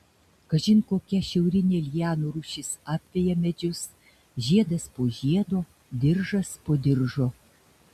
kažin kokia šiaurinė lianų rūšis apveja medžius žiedas po žiedo diržas po diržo